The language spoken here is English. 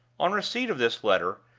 on receipt of this letter,